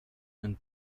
and